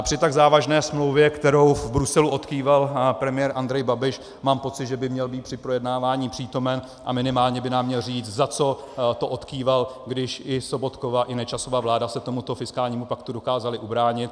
Při tak závažné smlouvě, kterou v Bruselu odkýval premiér Andrej Babiš, mám pocit, že by měl být při projednávání přítomen a minimálně by nám měl říct, za co to odkýval, když i Sobotkova i Nečasova vláda se tomuto fiskálnímu paktu dokázaly ubránit.